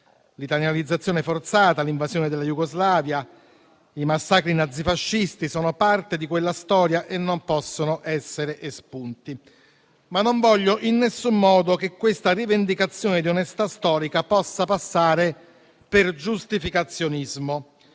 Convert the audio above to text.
l'italianizzazione forzata, l'invasione della Jugoslavia, i massacri nazifascisti sono parte di quella storia e non possono essere espunti, ma non voglio in alcun modo che questa rivendicazione di onestà storica possa passare per giustificazionismo,